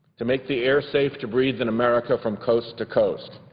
to make the air safe to breathe in america from coast to coast.